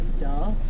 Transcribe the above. duh